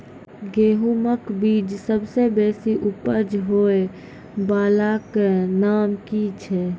गेहूँमक बीज सबसे बेसी उपज होय वालाक नाम की छियै?